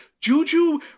Juju